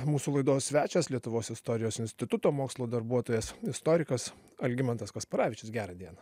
mūsų laidos svečias lietuvos istorijos instituto mokslo darbuotojas istorikas algimantas kasparavičius gerą dieną